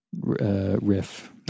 Riff